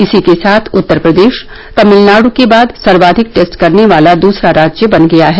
इसी के साथ उत्तर प्रदेश तमिलनाडु के बाद सर्वाधिक टेस्ट करने वाला दूसरा राज्य बन गया है